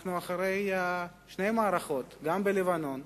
אנחנו אחרי שתי מערכות, גם בלבנון,